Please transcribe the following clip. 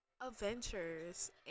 adventures